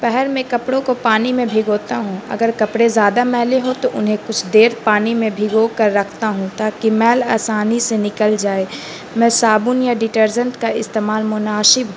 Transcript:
پہل میں کپڑوں کو پانی میں بھگوتا ہوں اگر کپڑے زیادہ میلے ہو تو انہیں کچھ دیر پانی میں بھگو کر رکھتا ہوں تاکہ میل آسانی سے نکل جائے میں صابن یا ڈیٹرجنٹ کا استعمال مناسب